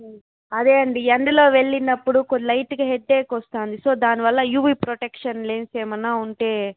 అదే అండీ ఎండలో వెళ్ళినప్పుడు లైట్గా హెడ్ఏక్ వస్తాంది సో దాని వల్ల యూవి ప్రొటెక్షన్ లెన్స్ ఎమన్నా ఉంటే